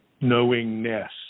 knowingness